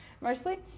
Mostly